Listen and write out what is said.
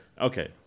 Okay